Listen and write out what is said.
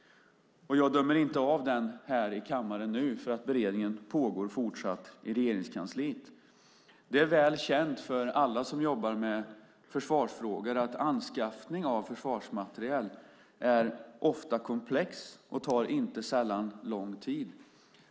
Jag dömer inte av den här i kammaren nu, för beredningen pågår fortsatt i Regeringskansliet. Det är väl känt för alla som jobbar med försvarsfrågor att anskaffningen av försvarsmateriel ofta är komplex. Och det tar inte sällan lång tid.